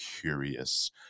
curious